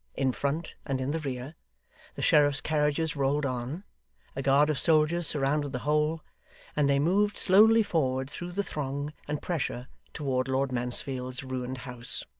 in front and in the rear the sheriffs' carriages rolled on a guard of soldiers surrounded the whole and they moved slowly forward through the throng and pressure toward lord mansfield's ruined house.